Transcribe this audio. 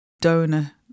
donor